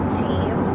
team